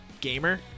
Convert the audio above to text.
Gamer